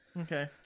Okay